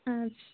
اَدٕ سا